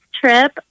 trip